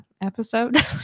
Episode